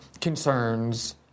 concerns